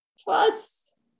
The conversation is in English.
plus